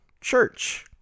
Church